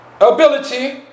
ability